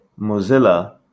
Mozilla